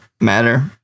matter